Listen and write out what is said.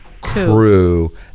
crew